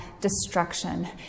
destruction